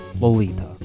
Lolita